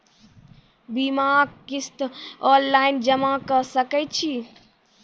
बीमाक किस्त ऑनलाइन जमा कॅ सकै छी?